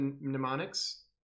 Mnemonics